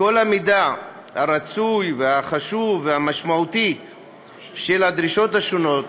כל המידע הרצוי והחשוב והמשמעותי על הדרישות השונות.